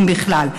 אם בכלל.